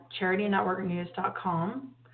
charitynetworknews.com